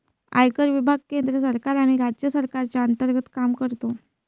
आयकर विभाग केंद्र सरकार आणि राज्य सरकारच्या अंतर्गत काम करतो